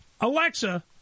Alexa